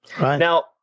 Now